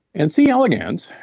and c elegans,